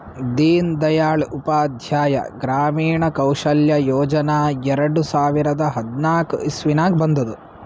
ದೀನ್ ದಯಾಳ್ ಉಪಾಧ್ಯಾಯ ಗ್ರಾಮೀಣ ಕೌಶಲ್ಯ ಯೋಜನಾ ಎರಡು ಸಾವಿರದ ಹದ್ನಾಕ್ ಇಸ್ವಿನಾಗ್ ಬಂದುದ್